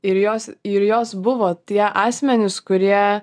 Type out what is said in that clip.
ir jos ir jos buvo tie asmenys kurie